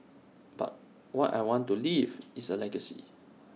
but what I want to leave is A legacy